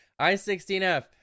I16F